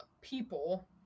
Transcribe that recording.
people